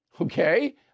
Okay